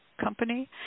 company